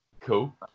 Cool